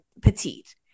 petite